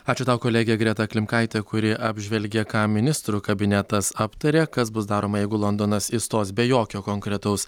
ačiū tau kolegė greta klimkaitė kuri apžvelgė ką ministrų kabinetas aptarė kas bus daroma jeigu londonas išstos be jokio konkretaus